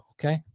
okay